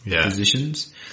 positions